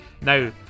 Now